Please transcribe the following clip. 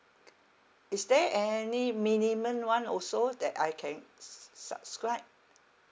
is there any minimum [one] also that I can s~ subscribe